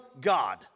God